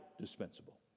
dispensable